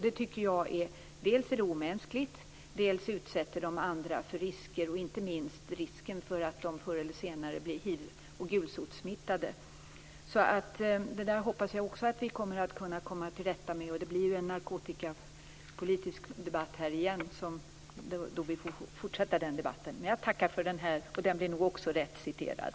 Jag tycker dels att det är omänskligt, dels att de utsätter andra inte minst för risken att förr eller senare bli hiv och gulsotssmittade. Jag hoppas att vi kommer att kunna komma till rätta med det. Det blir en narkotikapolitisk debatt i kammaren, och då får vi fortsätta. Jag tackar för den här debatten. Den blir nog också rättciterad.